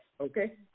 Okay